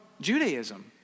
Judaism